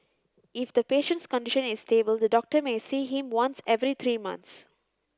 if the patient's condition is stable the doctor may see him once every three months